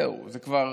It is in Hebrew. זהו זה, כבר